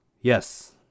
Yes